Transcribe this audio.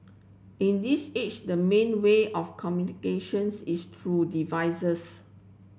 in this age the main way of communications is through devices